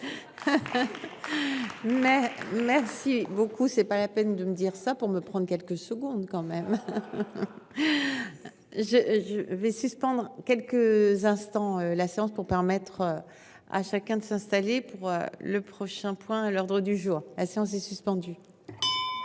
merci. Beaucoup c'est pas la peine de me dire ça pour me prendre quelques secondes quand même. Je. Vais suspendre quelques instants la séance pour permettre. À chacun de s'installer pour le prochain point à l'ordre du jour, la séance est suspendue.